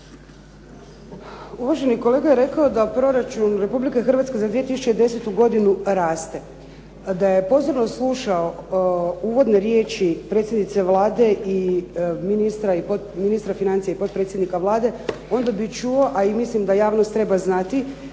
Uvaženi kolega je rekao da proračun Republike Hrvatske za 2010. godinu raste. Da je pozorno slušao uvodne riječi predsjednice Vlade i ministra financija i potpredsjednika Vlade onda bi čuo, a i mislim da javnost treba znati,